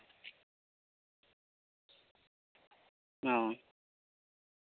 ᱚ